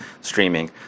streaming